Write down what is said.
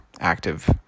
active